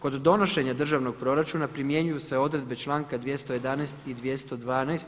Kod donošenja državnog proračuna primjenjuju se odredbe članka 211. i 212.